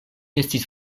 estis